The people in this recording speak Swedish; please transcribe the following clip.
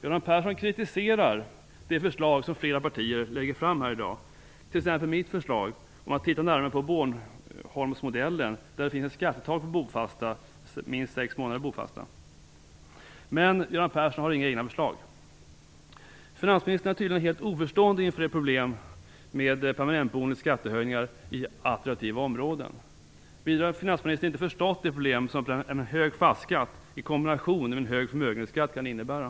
Göran Persson kritiserar de förslag som flera partier lägger fram här i dag, t.ex. mitt förslag om att titta närmare på Bornholmsmodellen, som har ett skattetak för dem som varit bofasta i minst sex månader. Men Göran Persson har inga egna förslag. Finansministern är tydligen helt oförstående inför problemet med de permanentboendes skattehöjningar i attraktiva områden. Vidare har han inte förstått de problem som en hög fastighetsskatt i kombination med en hög förmögenhetsskatt kan innebära.